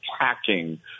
attacking